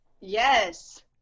Yes